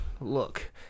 Look